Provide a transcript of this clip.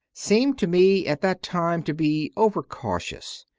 seemed to me at that time to be over-cautious,